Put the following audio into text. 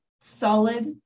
solid